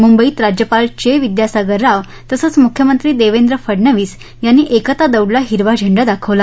मुंबईत राज्यपाल चे विद्यासागर राव तसंच मुख्यमंत्री देवेंद्र फडणवीस यांनी एकता दौडला हिरवा झेंडा दाखवला